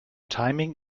timing